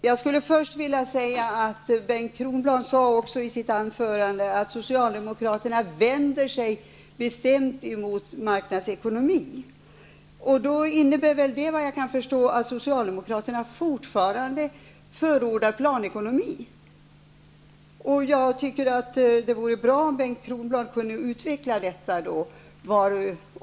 Herr talman! Först skulle jag vilja påpeka att Bengt Socialdemokraterna bestämt vänder sig mot marknadsekonomi. Vad jag kan förstå måste det innebära att Socialdemokraterna fortfarande förordar planekonomi. Det vore bra om Bengt Kronblad ville utveckla detta.